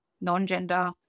non-gender